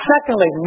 Secondly